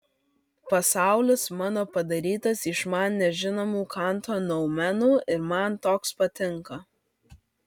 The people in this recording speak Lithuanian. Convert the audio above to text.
pasaulis mano padarytas iš man nežinomų kanto noumenų ir man toks patinka